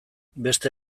beste